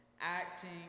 acting